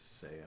say